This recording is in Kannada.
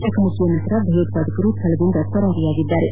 ಚಕಮಕಿ ನಂತರ ಭಯೋತ್ವಾದಕರು ಸ್ಥಳದಿಂದ ಪರಾರಿಯಾಗಿದ್ದಾರೆ